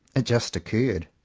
it just occurred.